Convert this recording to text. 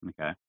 okay